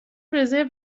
رزرو